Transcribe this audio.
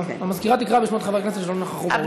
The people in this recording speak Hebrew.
המזכירה תקרא בשמות חברי הכנסת שלא נכחו באולם.